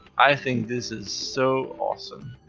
i think this is so awesome.